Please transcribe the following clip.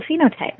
phenotype